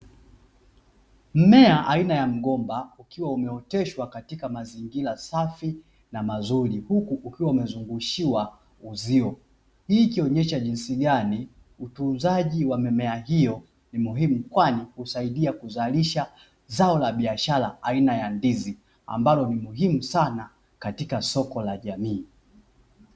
Mmea aina ya mgomba ukiwa umeoteshwa katika mazingira safi na mazuri huku ukiwa umezungushiwa uzio, hii ikionyesha jinsi gani utunzaji wa mimea hiyo ni muhimu kwani, husaidia kuzalisha zao la biashara aina ya ndizi, ambalo ni muhimu sana katika soko la jamii.